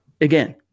Again